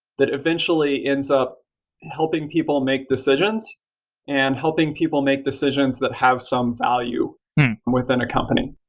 that eventually ends up and helping people make decisions and helping people make decisions that have some value within a company.